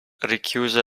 richiuse